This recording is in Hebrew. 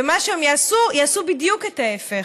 ומה שהם יעשו, יעשו בדיוק את ההפך.